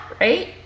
right